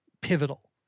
pivotal